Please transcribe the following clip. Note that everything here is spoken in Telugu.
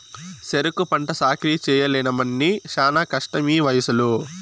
సెరుకు పంట సాకిరీ చెయ్యలేనమ్మన్నీ శానా కష్టమీవయసులో